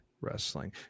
wrestling